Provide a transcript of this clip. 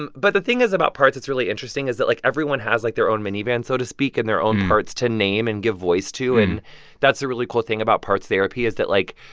and but the thing is about parts that's really interesting is that, like, everyone has like their own minivan, so to speak, and their own parts to name and give voice to. and that's the really cool thing about parts therapy is that, like,